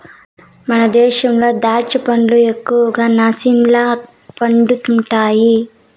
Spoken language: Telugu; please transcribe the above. మన దేశంలో దాచ్చా పండ్లు ఎక్కువగా నాసిక్ల పండుతండాయి